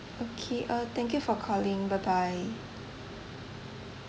okay uh thank you for calling bye bye